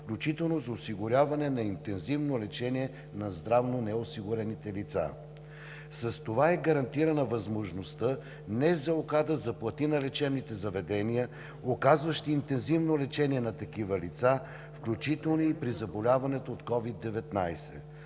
включително за осигуряване на интензивно лечение на здравно неосигурените лица. С това е гарантирана възможността НЗОК да заплати на лечебните заведения, оказващи интензивно лечение на такива лица, включително и при заболяването от COVID-19.